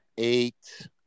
Eight